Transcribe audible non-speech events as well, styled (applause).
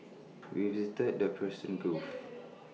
we visited the Persian (noise) gulf